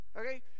Okay